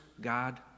God